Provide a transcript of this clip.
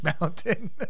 Mountain